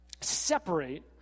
separate